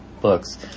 books